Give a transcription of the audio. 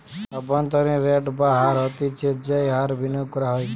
অভ্যন্তরীন রেট বা হার হতিছে যেই হার বিনিয়োগ করা হয়